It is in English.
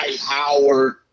Howard